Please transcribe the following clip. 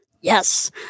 yes